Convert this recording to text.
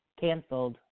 Canceled